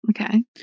Okay